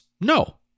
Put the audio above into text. No